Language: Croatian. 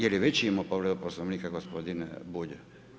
Je li već imao povredu Poslovnika gospodin Bulj?